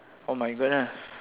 oh my-goodness